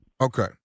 okay